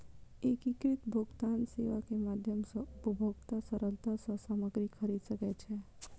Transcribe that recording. एकीकृत भुगतान सेवा के माध्यम सॅ उपभोगता सरलता सॅ सामग्री खरीद सकै छै